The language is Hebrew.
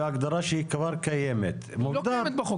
על איזה שהוא שטח כוללני ואתה רוצה לתכנן איזה שהיא תוכנית לפני שאתה